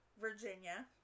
Virginia